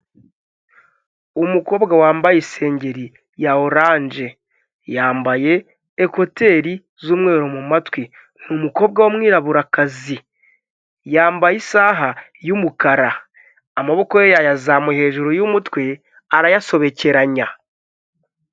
Umukobwa wambaye isengeri ya orange yambaye ekuteri z'umweru mumatwi ni umukobwa wumwiraburakazi yambaye isaha y'umukara amaboko ye yayazamuye hejuru yumutwe arayasobekeranya.